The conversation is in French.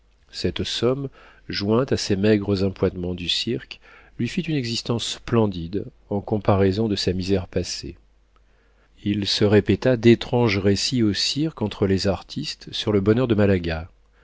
cette somme jointe à ses maigres appointements du cirque lui fit une existence splendide en comparaison de sa misère passée il se répéta d'étranges récits au cirque entre les artistes sur le bonheur de malaga